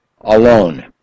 alone